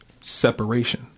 separation